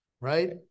right